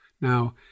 Now